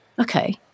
okay